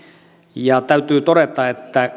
täytyy todeta että